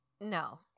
No